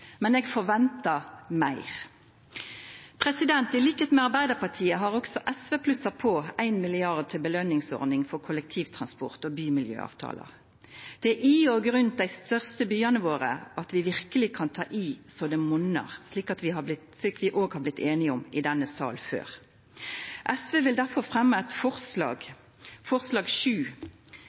men eg forventar meir. Til liks med Arbeidarpartiet har også SV plussa på 1 mrd. kr til belønningsordning for kollektivtransport og bymiljøavtalar. Det er i og rundt dei største byane våre at vi verkeleg kan ta i så det monnar, slik vi òg har blitt samde om i denne salen før. SV vil derfor fremja følgjande forslag, forslag